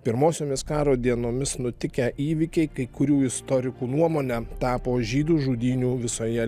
pirmosiomis karo dienomis nutikę įvykiai kai kurių istorikų nuomone tapo žydų žudynių visoje